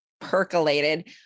percolated